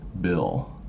bill